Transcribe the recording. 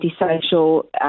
antisocial